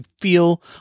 feel